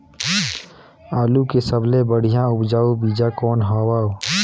आलू के सबले बढ़िया उपजाऊ बीजा कौन हवय?